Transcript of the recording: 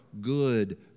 good